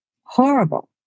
Horrible